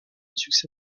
succès